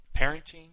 parenting